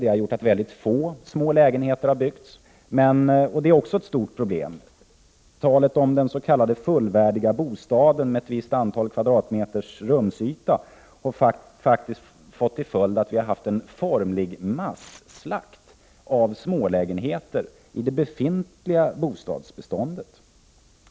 De har gjort att få smålägenheter har byggts. Det är också ett stort problem. Talet om ”den fullvärdiga bostaden” med ett visst antal kvadratmeters rumsyta har faktiskt fått till följd en formlig masslakt av små lägenheter i det befintliga bostadsbeståndet.